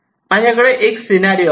माझ्याकडे एक सिनारिओ आहे